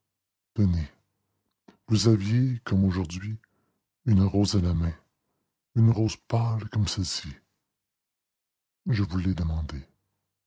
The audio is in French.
tenez vous aviez comme aujourd'hui une rose à la main une rose pâle comme celle-ci je vous l'ai demandée